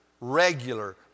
regular